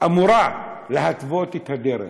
אמורה להתוות את הדרך.